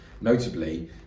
Notably